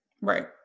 Right